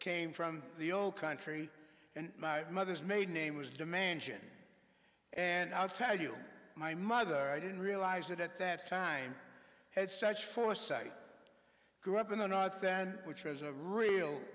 came from the old country and my mother's maiden name was dimension and i'll tell you my mother i didn't realize it at that time had such foresight grew up in the north then which was a real